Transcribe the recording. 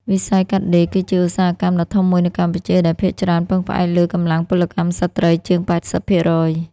វិស័យកាត់ដេរគឺជា ឧស្សាហកម្មដ៏ធំមួយនៅកម្ពុជា ដែលភាគច្រើនពឹងផ្អែកលើកម្លាំងពលកម្មស្ត្រីជាង ៨០%។